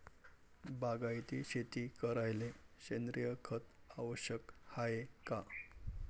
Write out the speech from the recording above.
बागायती शेती करायले सेंद्रिय खत आवश्यक हाये का?